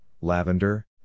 lavender